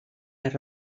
les